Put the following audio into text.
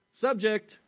subject